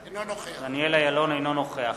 אינו נוכח